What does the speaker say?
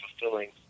fulfilling